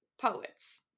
poets